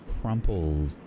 crumpled